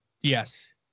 yes